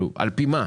על פי מה?